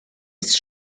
ist